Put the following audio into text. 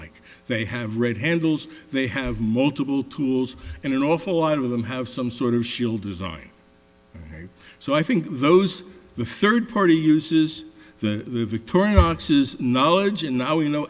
like they have red handles they have multiple tools and an awful lot of them have some sort of shield design so i think those the third party uses the victorian knowledge and now we know